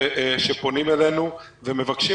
שפונים אלינו ומבקשים,